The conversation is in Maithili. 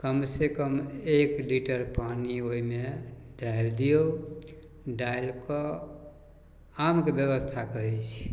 कमसँ कम एक लिटर पानी ओहिमे डालि दिऔ डालिकऽ आमके बेबस्था कहै छी